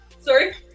Sorry